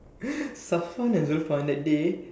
Safwan and Zulfan that day